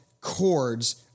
chords